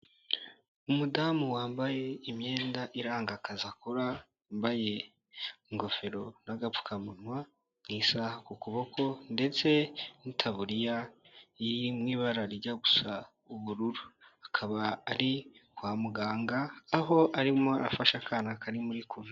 Umudamu wambaye imyenda iranga akazi akora, wambaye ingofero n'agapfukamunwa n'isaha ku kuboko ndetse n'itaburiya iri mu ibara rijya gusa ubururu. Akaba ari kwa muganga aho arimo afashe akana kari muri koma.